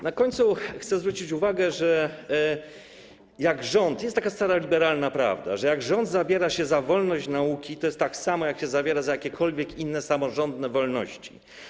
Na końcu chcę zwrócić uwagę, że jest taka stara liberalna prawda, że jak rząd zabiera się za wolność nauki, to jest tak samo, jak się zabiera za jakiekolwiek inne samorządne wolności.